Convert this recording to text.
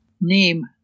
name